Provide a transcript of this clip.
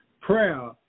prayer